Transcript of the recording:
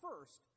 first